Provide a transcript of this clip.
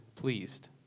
pleased